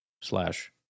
slash